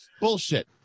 Bullshit